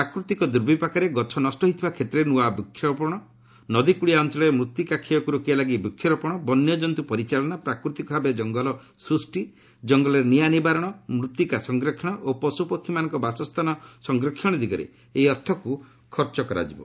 ପ୍ରାକୃତିକ ଦୂର୍ବିପାକରେ ଗଛ ନଷ୍ଟ ହୋଇଥିବା କ୍ଷେତ୍ରରେ ନୂଆ ବୃକ୍ଷରୋପଣ ନଦୀକଳିଆ ଅଞ୍ଚଳରେ ମୃତ୍ତିକା କ୍ଷୟକ୍ ରୋକିବାପାଇଁ ବୃକ୍ଷରୋପଣ ବନ୍ୟଜନ୍ତୁ ପରିଚାଳନା ପ୍ରାକୃତିକ ଭାବେ ଜଙ୍ଗଲ ସୃଷ୍ଟି ଜଙ୍ଗଲରେ ନିଆଁ ନିବାରଣ ମୂତ୍ତିକା ସଂରକ୍ଷଣ ଓ ପଶୁପକ୍ଷୀମାନଙ୍କର ବାସସ୍ଥାନ ସଂରକ୍ଷଣ ଦିଗରେ ଏହି ଅର୍ଥକୁ ଖର୍ଚ୍ଚ କରାଯିବ